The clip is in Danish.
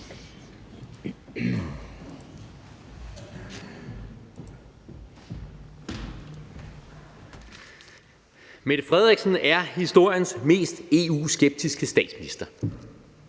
Mette Frederiksen er historiens mest EU-skeptiske statsminister,